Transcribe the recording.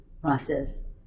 process